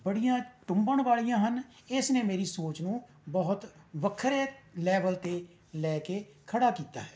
ਬੜੀਆਂ ਟੁੰਬਣ ਵਾਲੀਆਂ ਹਨ ਇਸ ਨੇ ਮੇਰੀ ਸੋਚ ਨੂੰ ਬਹੁਤ ਵੱਖਰੇ ਲੈਵਲ 'ਤੇ ਲੈ ਕੇ ਖੜ੍ਹਾ ਕੀਤਾ ਹੈ